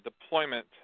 deployment